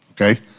okay